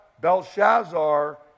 Belshazzar